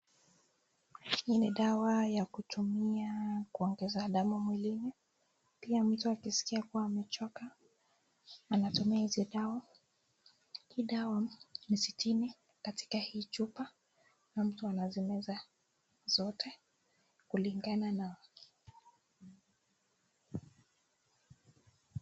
Hii ni dawa ya kutumia kuongeza dawa mwilini kila mtu akiskia amechoka anatumia hizi dawa hii dawa ni sitini katika hii chupa na mtu anazimeza zote kulingana na.